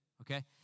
Okay